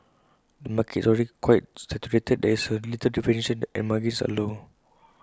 the market is also already quite saturated there is A little differentiation and margins are low